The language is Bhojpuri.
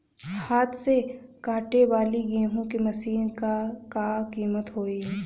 हाथ से कांटेवाली गेहूँ के मशीन क का कीमत होई?